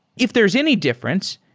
if there's any difference,